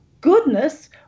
goodness